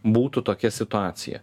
būtų tokia situacija